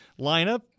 lineup